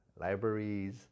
libraries